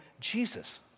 Jesus